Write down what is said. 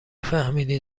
فهمیدی